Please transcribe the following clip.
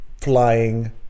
flying